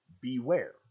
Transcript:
Beware